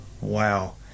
wow